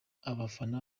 abafana